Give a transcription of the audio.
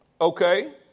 Okay